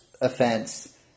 offense